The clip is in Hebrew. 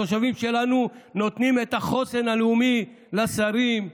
התושבים שלנו נותנים את החוסן הלאומי לשרים,